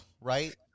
Right